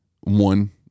one